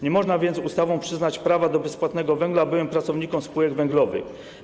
Nie można więc ustawą przyznać prawa do bezpłatnego węgla byłym pracownikom spółek węglowych.